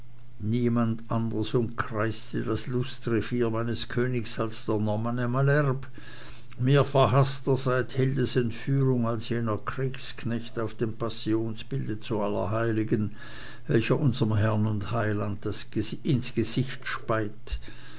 niemand anders umkreiste das lustrevier meines königs als der normanne malherbe mir verhaßter seit hildes entführung als jener kriegsknecht auf dem passionsbilde zu allerheiligen welcher unserm herrn und heiland ins gesicht speit